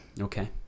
okay